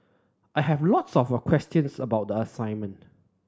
I have lots of a questions about the assignment